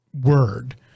word